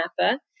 Napa